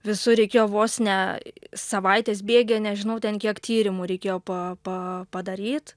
visur reikėjo vos ne savaitės bėgyje nežinau ten kiek tyrimu reikėjo pa pa padaryt